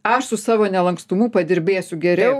aš su savo nelankstumu padirbėsiu geriau